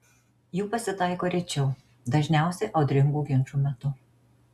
jų pasitaiko rečiau dažniausiai audringų ginčų metu